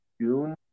June